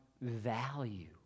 value